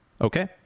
Okay